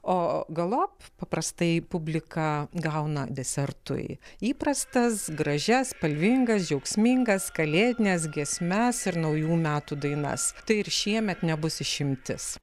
o galop paprastai publika gauna desertui įprastas gražias spalvingas džiaugsmingas kalėdines giesmes ir naujų metų dainas tai ir šiemet nebus išimtis